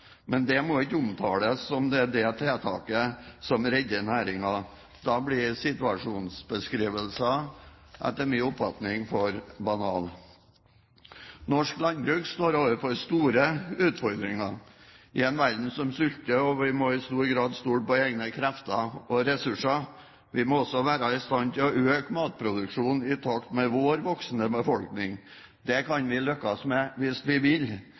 Men dette må ikke omtales som om det er det tiltaket som redder næringen. Da blir situasjonsbeskrivelsen etter min oppfatning for banal. Norsk landbruk står overfor store utfordringer. I en verden som sulter, må vi i stor grad stole på egne krefter og ressurser. Vi må også være i stand til å øke matproduksjonen i takt med vår voksende befolkning. Det kan vi lykkes med hvis vi vil,